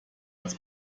als